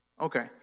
Okay